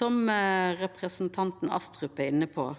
Som representanten Astrup var inne på,